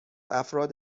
افراد